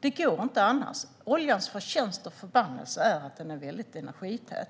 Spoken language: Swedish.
Det går inte annars. Oljans förtjänst och förbannelse är att den är väldigt energität.